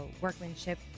workmanship